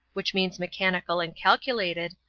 which means mechanical and calculated,